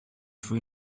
for